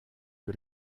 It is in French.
que